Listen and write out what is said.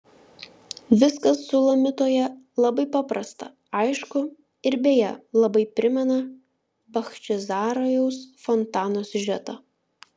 viskas sulamitoje labai paprasta aišku ir beje labai primena bachčisarajaus fontano siužetą